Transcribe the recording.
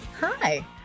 Hi